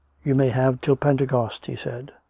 you may have till pentecost, he said.